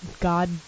god